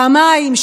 פעמיים,